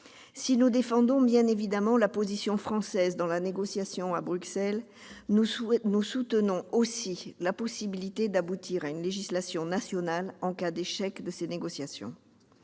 Si nous défendons, bien évidemment, la position française dans la négociation à Bruxelles, nous soutenons aussi la possibilité d'aboutir à une législation nationale en cas d'échec de ces négociations.